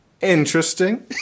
interesting